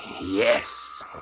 Yes